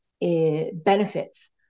benefits